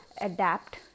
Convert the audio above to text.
adapt